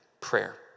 prayer